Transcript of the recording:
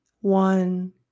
one